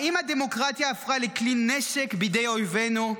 האם הדמוקרטיה הפכה לכלי נשק בידי אויבינו?